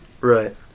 Right